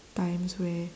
times where